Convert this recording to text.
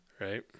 Right